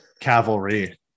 cavalry